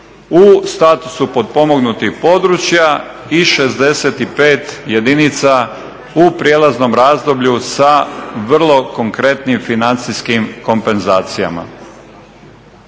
u statusu potpomognutih područja i 65 jedinica u prijelaznom razdoblju sa vrlo konkretnim financijskim kompenzacijama.